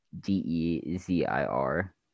D-E-Z-I-R